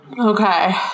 Okay